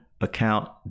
account